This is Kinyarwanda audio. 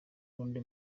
n’undi